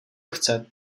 chce